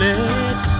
Let